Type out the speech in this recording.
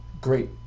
great